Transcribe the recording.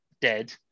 dead